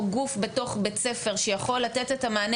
או גוף בתוך בית הספר שיכול לתת את המענה